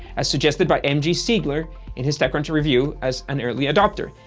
as suggested by mg siegler in his techcrunch review as an early adopter.